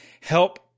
help